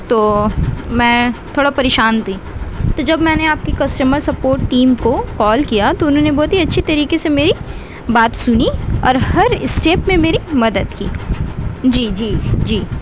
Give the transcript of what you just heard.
تو میں تھوڑا پریشان تھی تو جب میں نے آپ کی کسٹمر سپورٹ ٹیم کو کال کیا تو انہوں نے بہت ہی اچھی طریقے سے میری بات سنی اور ہر اسٹیپ میں میری مدد کی جی جی جی